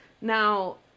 Now